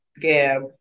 Gab